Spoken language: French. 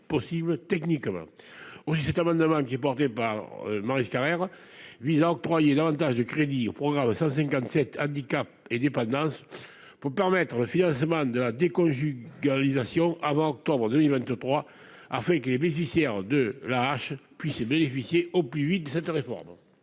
possible techniquement aussi cet amendement qui est porté par Maryse Carrère vise à octroyer davantage de crédits au programme 157 Handicap et dépendance pour permettre le financement de la déconjugalisation avant octobre 2023 afin que les bénéficiaires de la hache puissent bénéficier au plus vite cette réforme.